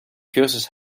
cursus